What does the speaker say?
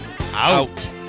out